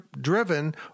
driven